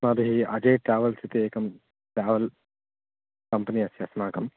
अस्माभिः अजय ट्रावल्स् इति एकं ट्रावल् कम्पनि अस्ति अस्माकम्